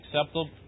acceptable